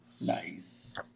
Nice